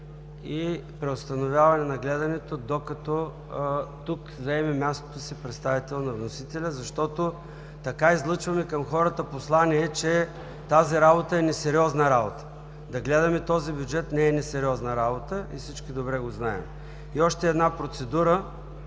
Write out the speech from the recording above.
и преустановяване на гледането, докато тук заеме мястото си представител на вносителя, защото така излъчваме към хората послание, че тази работа е несериозна. Да гледаме този бюджет не е несериозна работа и всички добре го знаем. И още една процедура,